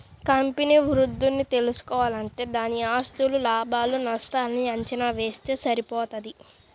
company వృద్ధిని తెల్సుకోవాలంటే దాని ఆస్తులు, లాభాలు నష్టాల్ని అంచనా వేస్తె సరిపోతది